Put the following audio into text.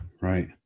Right